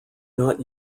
not